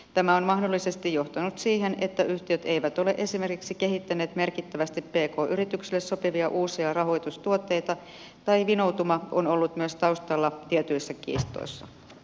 tämä on mahdollisesti johtanut siihen että yhtiöt eivät ole esimerkiksi kehittäneet merkittävästi pk yrityksille sopivia uusia rahoitustuotteita ja vinoutuma on ollut taustalla myös tietyissä kiistoissa